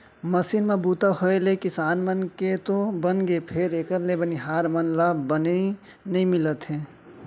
machine म बूता होय ले किसान मन के तो बनगे फेर एकर ले बनिहार मन ला बनी नइ मिलत हे